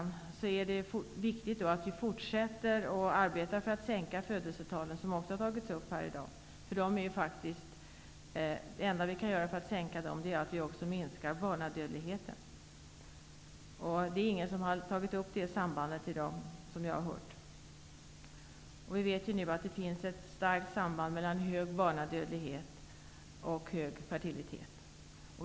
Men det är ändå viktigt att fortsätta att arbeta för att sänka födelsetalen. Det är en fråga som också har tagits upp i dag. Det enda vi kan göra för att sänka födelsetalet är att minska barnadödligheten. Men det är ingen som har tagit upp det sambandet i dag. Vi vet att det finns ett starkt samband mellan hög barnadödlighet och hög fertilitet.